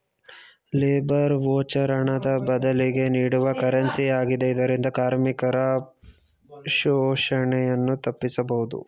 labour voucher ಹಣದ ಬದಲಿಗೆ ನೀಡುವ ಕರೆನ್ಸಿ ಆಗಿದೆ ಇದರಿಂದ ಕಾರ್ಮಿಕರ ಶೋಷಣೆಯನ್ನು ತಪ್ಪಿಸಬಹುದು